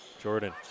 Jordan